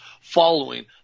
following